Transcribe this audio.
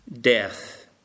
death